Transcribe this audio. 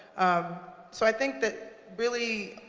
um so i think that, really,